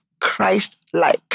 Christ-like